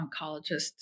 oncologists